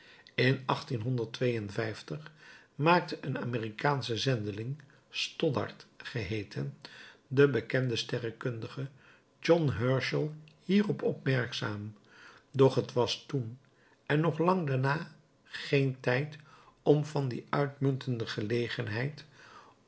in maakte een amerikaansche zendeling stoddard geheeten den bekenden sterrekundigen john herschel hierop opmerkzaam doch het was toen en nog lang daarna geen tijd om van die uitmuntende gelegenheid